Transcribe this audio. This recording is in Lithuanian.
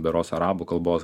berods arabų kalbos